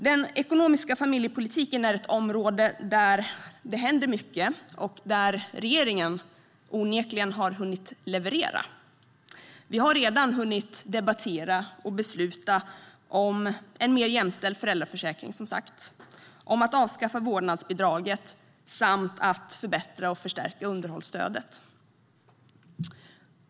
Den ekonomiska familjepolitiken är ett område där det händer mycket och där regeringen onekligen har hunnit leverera. Vi har, som sagt, redan hunnit debattera och besluta om en mer jämställd föräldraförsäkring, om att avskaffa vårdnadsbidraget och om att förbättra och förstärka underhållsstödet.